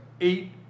eight